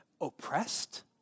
oppressed